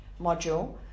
module